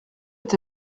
est